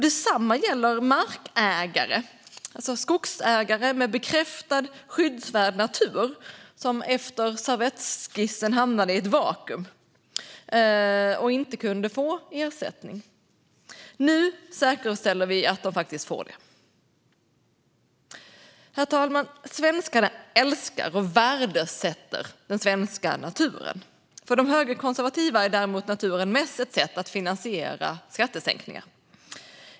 Detsamma gäller markägare, alltså skogsägare, med bekräftad skyddsvärd natur som efter servettskissen hamnade i ett vakuum när de inte kunde få ersättning. Nu säkerställer vi att de faktiskt får det. Herr talman! Svenskarna älskar och värdesätter den svenska naturen. För de högerkonservativa är naturen däremot mest ett sätt att finansiera skattesänkningar.